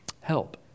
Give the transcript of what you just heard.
Help